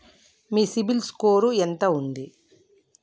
మీ CIBIL score ఎంత ఉంది?